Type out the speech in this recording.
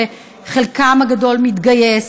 שחלקם הגדול מתגייסים.